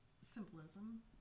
symbolism